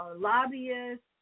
lobbyists